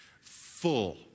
full